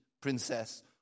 princess